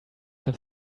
have